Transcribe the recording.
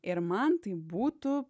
ir man tai būtų